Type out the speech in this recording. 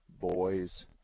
Boys